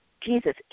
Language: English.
Jesus